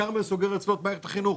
כשכרמל סוגר אצלו את מערכת החינוך,